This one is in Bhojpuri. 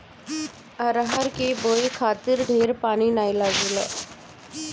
अरहर के बोए खातिर ढेर पानी नाइ लागेला